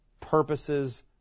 purposes